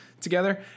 together